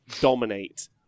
dominate